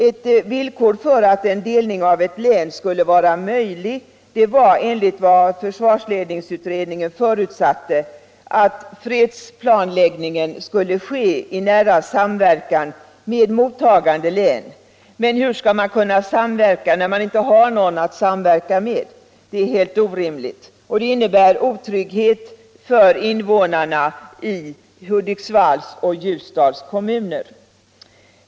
Ett villkor för att en delning av ett län skulle vara möjlig var enligt vad försvarsledningsutredningen förutsatte att fredsplanläggningen skulle ske i nära samverkan med mottagande län, men hur skall man kunna samverka när man inte har någon att samverka med? Det är ju helt orimligt. Och det innebär otrygghet för invånarna i Hudiksvalls och Ljusdals kommuner.